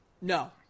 No